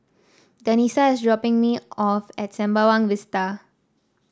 Danica is dropping me off at Sembawang Vista